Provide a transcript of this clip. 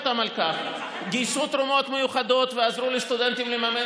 גייסו תרומות מיוחדות ועזרו לסטודנטים לממן